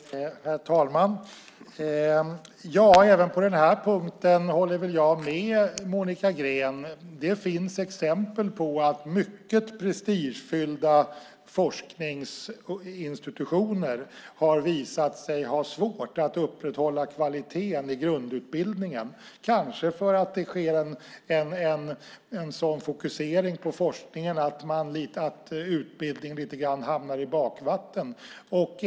Herr talman! Även på den här punkten kan jag hålla med Monica Green. Det finns exempel på att mycket prestigefyllda forskningsinstitutioner har visat sig ha svårt att upprätthålla kvaliteten i grundutbildningen, kanske för att det sker en sådan fokusering på forskningen att utbildning lite grann hamnar i bakvatten.